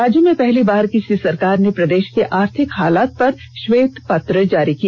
राज्य में पहली बार किसी सरकार ने प्रदेश के आर्थिक हालात पर श्वेत पत्र जारी किया